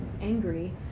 angry